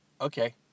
Okay